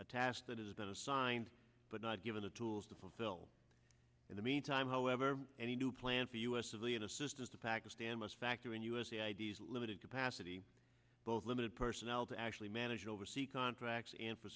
task that has been assigned but not given the tools to fulfill in the meantime however any new plan for us civilian assistance to pakistan must factor in us the ideas limited capacity both limited personnel to actually manage oversee contracts and for